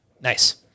Nice